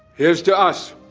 here's to us.